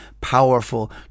powerful